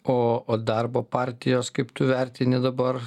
o o darbo partijos kaip tu vertini dabar